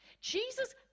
Jesus